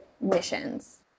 missions